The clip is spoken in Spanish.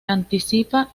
anticipa